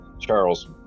Charles